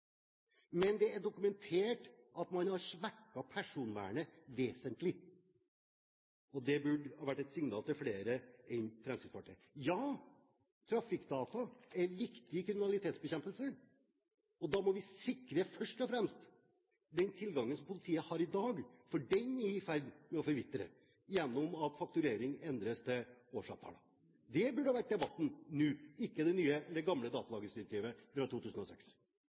Men det er dokumentert at man har svekket personvernet vesentlig. Det burde være et signal til flere enn Fremskrittspartiet. Ja, trafikkdata er viktig i kriminalitetsbekjempelse. Da må vi først og fremst sikre den tilgangen som politiet har i dag, for den er i ferd med å forvitre ved at fakturering endres til årsavtaler. Det burde ha vært debatten nå, ikke det gamle datalagringsdirektivet fra 2006.